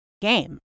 game